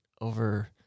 over